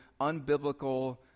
unbiblical